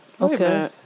Okay